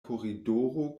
koridoro